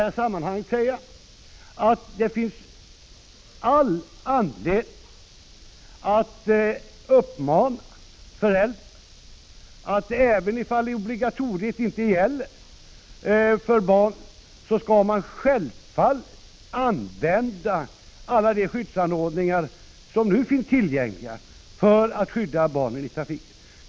här sammanhanget säga, att det finns all anledning att rikta en uppmaning till föräldrar att de, även om obligatoriet inte gäller för barn, självfallet skall använda alla de skyddsanordningar som nu finns tillgängliga för att skydda barnen i trafiken.